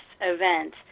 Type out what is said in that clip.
event